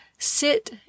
sit